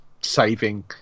saving